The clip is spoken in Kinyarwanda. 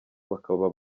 bakaba